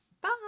Bye